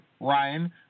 Ryan